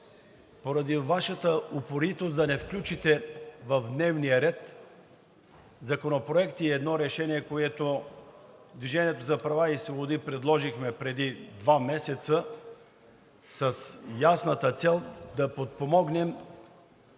поради Вашата упоритост да не включите в дневния ред законопроект и едно решение, което „Движение за права и свободи“ предложихме преди два месеца с ясната цел да подпомогнем